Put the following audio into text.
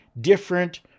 different